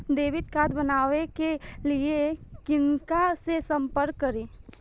Debit card बनावे के लिए किनका से संपर्क करी?